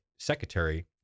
Secretary